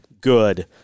good